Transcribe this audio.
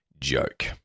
joke